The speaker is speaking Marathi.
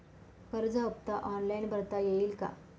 कर्ज हफ्ता ऑनलाईन भरता येईल का?